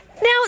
Now